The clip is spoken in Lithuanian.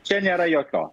čia nėra jokios